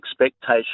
expectation